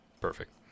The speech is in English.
Perfect